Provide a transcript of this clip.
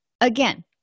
Again